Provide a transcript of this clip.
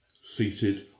seated